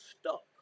stuck